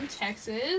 Texas